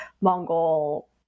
Mongol